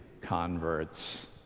converts